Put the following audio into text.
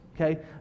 okay